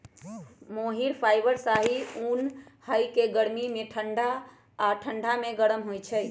मोहिर fibre शाहि उन हइ के गर्मी में ठण्डा आऽ ठण्डा में गरम होइ छइ